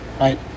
right